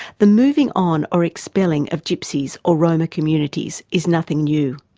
the moving on or expelling of gypsies or roma communities is nothing new.